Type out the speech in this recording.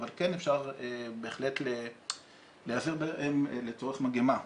אבל כן אפשר בהחלט להיעזר בהם לצורך מגמה.